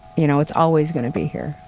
you know it's always going to be here.